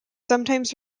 sometimes